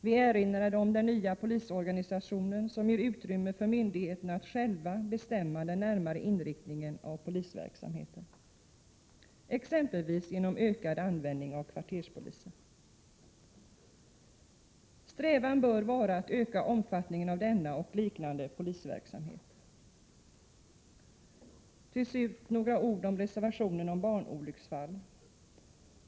Vi erinrade också om den nya polisorganisationen, som ger utrymme för myndigheterna att själva bestämma den närmare inriktningen av polisverksamheten, exempelvis genom ökad användning av kvarterspoliser. Strävan bör vara att öka omfattningen av denna och liknande polisverksamhet. Till slut några ord om reservationen om barnolycksfall.